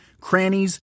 crannies